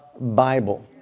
Bible